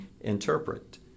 interpret